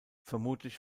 vermutlich